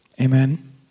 Amen